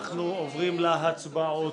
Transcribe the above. אנחנו עוברים להצבעות.